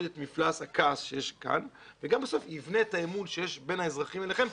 את מפלס הכעס שיש כאן וגם בסוף יבנה את האמון שיש בין האזרחים וביניכם,